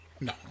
No